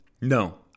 No